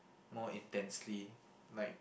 more intensely like